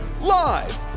Live